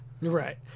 Right